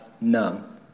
none